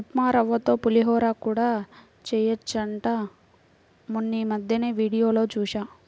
ఉప్మారవ్వతో పులిహోర కూడా చెయ్యొచ్చంట మొన్నీమద్దెనే వీడియోలో జూశా